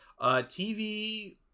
TV